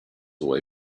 away